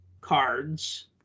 cards